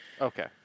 Okay